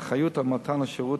האחריות על מתן השירות,